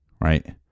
right